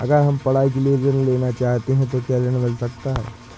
अगर हम पढ़ाई के लिए ऋण लेना चाहते हैं तो क्या ऋण मिल सकता है?